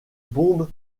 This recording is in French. bombes